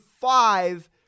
five